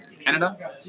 Canada